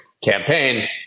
campaign